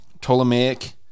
ptolemaic